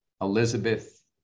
Elizabeth